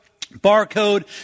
barcode